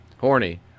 horny